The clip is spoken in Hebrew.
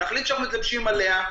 נחליט שמתלבשים עליה,